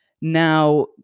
Now